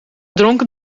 dronken